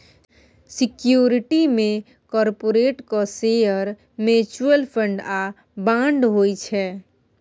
security मे कारपोरेटक share, mutual fund आ बांड होइ छै